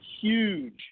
huge